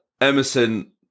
Emerson